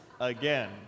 again